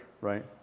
right